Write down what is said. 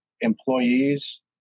employees